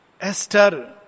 Esther